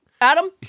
Adam